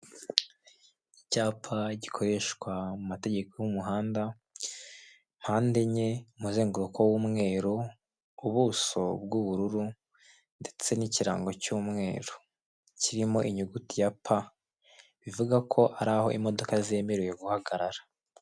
Icyapa gikoreshwa mu mategeko y'umuhanda mpande enye umuzenguruko w'umweru, ubuso bw'ubururu ndetse n'ikirango cy'umweru, kirimo inyuguti ya pa bivuga ko ari aho imodoka zemerewe guhagarara.